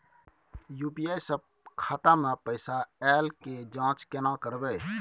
UPI स खाता मे पैसा ऐल के जाँच केने करबै?